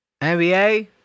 NBA